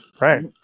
right